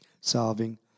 solving